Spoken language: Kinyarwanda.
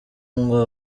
ngo